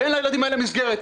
אין לילדים האלה מסגרת,